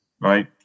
right